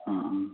അ ആ